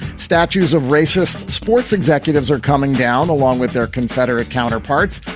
statues of racist sports executives are coming down along with their confederate counterparts.